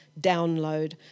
download